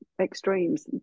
extremes